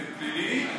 פלילי,